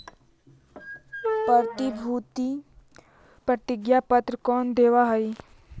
प्रतिभूति प्रतिज्ञा पत्र कौन देवअ हई